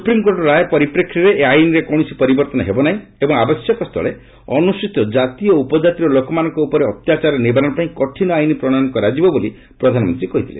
ସୁପ୍ରିମ୍କୋର୍ଟର ରାୟ ପରିପ୍ରେକ୍ଷୀରେ ଏହି ଆଇନ୍ରେ କୌଣସି ପରିବର୍ତ୍ତନ ହେବ ନାହିଁ ଏବଂ ଆବଶ୍ୟକସ୍ଥଳେ ଅନୁସ୍ତଚୀତ ଜାତି ଓ ଉପକାତିର ଲୋକମାନଙ୍କ ଉପରେ ଅତ୍ୟାଚାର ନିବାରଣ ପାଇଁ କଠିନ୍ ଆଇନ୍ ପ୍ରଣୟନ କରାଯିବ ବୋଲି ପ୍ରଧାନମନ୍ତ୍ରୀ କହିଥିଲେ